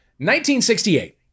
1968